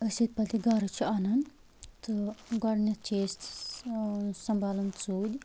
أسۍ ییٚلہِ پتہٕ یہِ گرٕ چھِ انان تہٕ گۄڈٕنٮ۪تھ چھِ أسۍ سنٛبھالان سُے